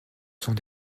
sans